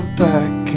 back